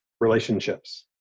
Relationships